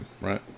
right